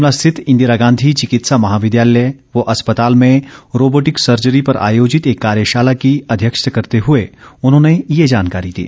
शिमला स्थित इंदिरा गांधी चिकित्सा महाविद्यालय व अस्पताल में रोबोटिक सर्जरी पर आयोजित एक कार्यशाला की अध्यक्षता करते हुए उन्होंने ये जानकारी दी